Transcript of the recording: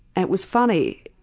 it was funny,